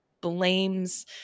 blames